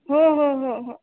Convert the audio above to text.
हो हो हो हो